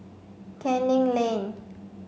Canning Lane